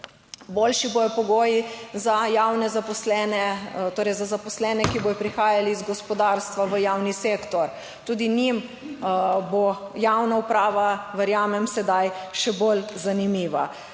zaposlene. Torej za zaposlene, ki bodo prihajali iz gospodarstva v javni sektor. Tudi njim bo javna uprava, verjamem sedaj, še bolj zanimiva.